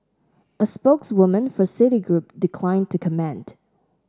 a spokeswoman for Citigroup declined to comment